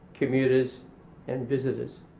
commuters and visitors.